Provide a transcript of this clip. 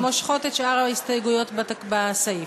מושכות את שאר ההסתייגויות בסעיף.